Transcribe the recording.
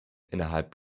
innerhalb